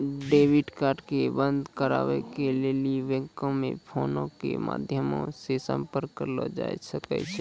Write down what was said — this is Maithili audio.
डेबिट कार्ड के बंद कराबै के लेली बैंको मे फोनो के माध्यमो से संपर्क करलो जाय सकै छै